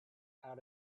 out